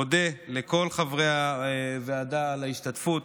אני מודה לכל חברי הוועדה על ההשתתפות,